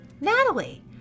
Natalie